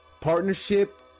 partnership